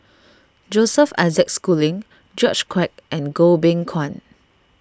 Joseph Isaac Schooling George Quek and Goh Beng Kwan